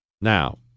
Now